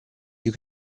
you